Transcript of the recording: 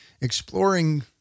exploring